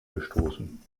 gestoßen